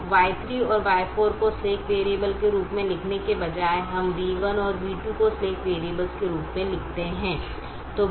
तो Y3 और Y4 को स्लैक वेरिएबल के रूप में लिखने के बजाय हम v1 और v2 को स्लैक वेरिएबल के रूप में लिखते हैं